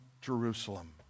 jerusalem